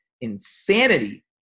insanity